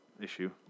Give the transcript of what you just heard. issue